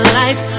life